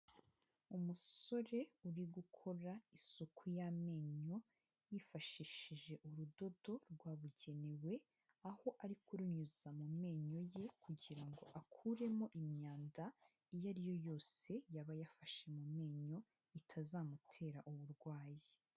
Umusore uri gukora isuku y'amenyo, yifashishije urudodo rwabugenewe, aho ari kurunyuza mu menyo ye, kugira ngo akuremo imyanda, iyo ari yo yose yaba yafashe mu menyo, itazamutera uburwayi.